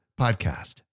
podcast